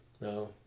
no